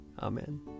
Amen